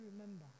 remember